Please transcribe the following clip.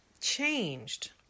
changed